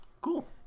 Cool